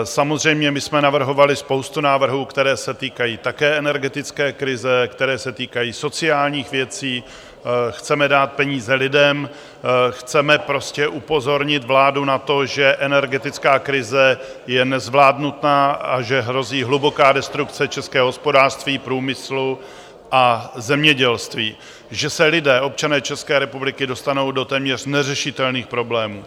Samozřejmě my jsme navrhovali spoustu návrhů, které se týkají také energetické krize, které se týkají sociálních věcí, chceme dát peníze lidem, chceme prostě upozornit vládu na to, že energetická krize je nezvládnutá a že hrozí hluboká destrukce českého hospodářství, průmyslu a zemědělství, že se lidé, občané České republiky, dostanou do téměř neřešitelných problémů.